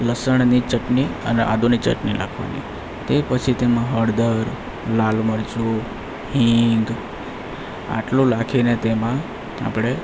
લસણની ચટની અને આદુની ચટની નાખવાની તે પછી તેમાં હળદર લાલ મરચું હિંગ આટલું નાંખીને તેમાં આપણે